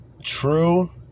true